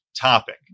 topic